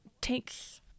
takes